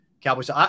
Cowboys